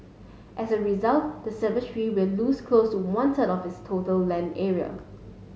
as a result the cemetery will lose close to one third of its total land area